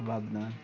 وۄپدان